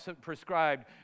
prescribed